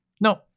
no